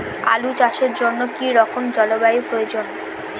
আলু চাষের জন্য কি রকম জলবায়ুর প্রয়োজন?